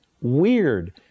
weird